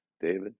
David